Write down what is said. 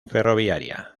ferroviaria